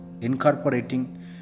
incorporating